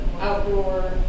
outdoor